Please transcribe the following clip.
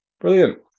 Brilliant